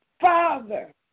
Father